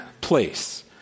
place